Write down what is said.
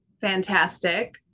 Fantastic